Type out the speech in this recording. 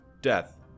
death